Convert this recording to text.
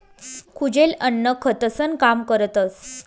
कुजेल अन्न खतंसनं काम करतस